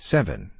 Seven